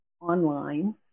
online